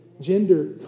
Gender